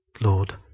Lord